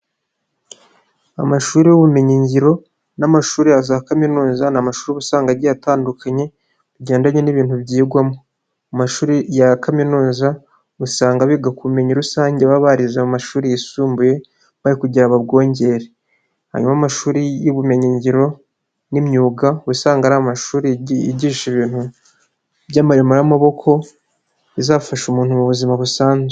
Amashuri y'ubumenyinngiro n'amashuri yaza kaminuza ni amashuri usanga agiye atandukanye bigendanye n'ibintu byigwamo. Mu mashuri ya kaminuza usanga biga ku bumenyi rusange baba barize mu mashuri yisumbuye ba kugira ngo babwongere. Hanyuma amashuri y'ubumenyingiro n'imyuga uba usanga ari amashuri yigisha ibintu by'amirimo y'amaboko bizafasha umuntu mu buzima busanzwe.